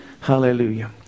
Hallelujah